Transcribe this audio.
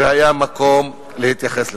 והיה מקום להתייחס לזה.